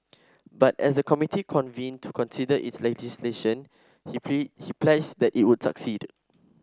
but as the committee convened to consider its legislation he he pledged that it would succeed